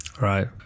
Right